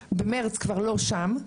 במרס הם כבר לא יהיו שם.